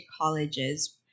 colleges